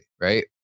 right